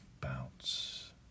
bounce